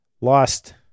lost